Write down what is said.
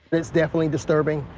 it's definitely disturbing.